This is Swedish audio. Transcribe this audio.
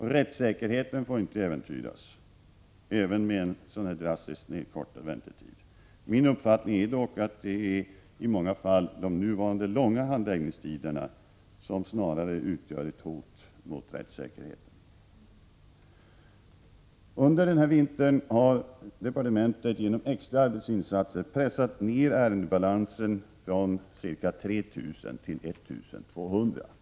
Rättssäkerheten får inte äventyras med en så drastiskt nerkortad väntetid. Min uppfattning är dock att det i många fall snarare är de nuvarande långa handläggningstiderna som utgör ett hot mot rättssäkerheten. Under den här vintern har departementet genom extra arbetsinsatser pressat ner ärendebalansen från ca 3 000 till 1 200 fall.